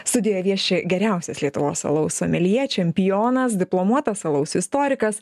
studijoj vieši geriausias lietuvos alaus someljė čempionas diplomuotas alaus istorikas